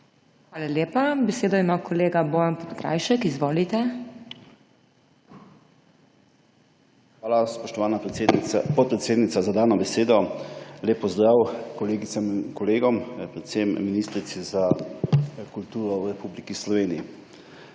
Hvala lepa. Besedo ima kolega Bojan Podkrajšek. Izvolite. **BOJAN PODKRAJŠEK (PS SDS):** Hvala, spoštovana podpredsednica, za dano besedo. Lep pozdrav kolegicam in kolegom, predvsem ministrici za kulturo v Republiki Sloveniji!